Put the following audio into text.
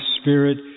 Spirit